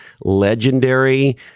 legendary